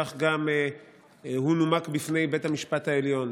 כך גם נומק בפני בית המשפט העליון,